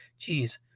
Jeez